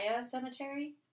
Cemetery